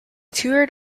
toured